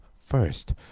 first